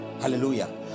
hallelujah